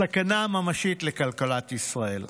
סכנה ממשית לכלכלת ישראל.